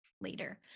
later